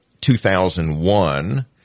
2001